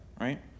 right